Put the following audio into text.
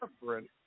different